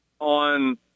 on